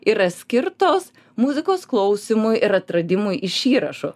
yra skirtos muzikos klausymui ir atradimui iš įrašų